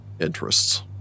interests